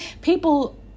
People